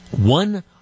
one